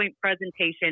presentation